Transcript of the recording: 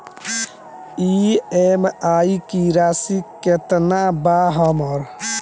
EMI की राशि केतना बा हमर?